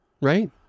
Right